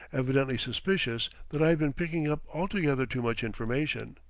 evidently suspicious that i have been picking up altogether too much information.